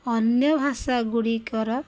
ଅନ୍ୟ ଭାଷାଗୁଡ଼ିକର